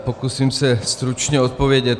Pokusím se stručně odpovědět.